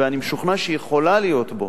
ואני משוכנע שהיא יכולה להיות בו